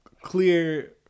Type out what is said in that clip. clear